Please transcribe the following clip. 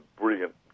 brilliant